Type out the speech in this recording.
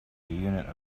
unit